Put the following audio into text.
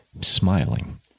smiling